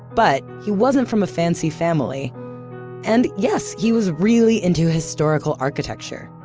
but he wasn't from a fancy family and yes, he was really into historical architecture.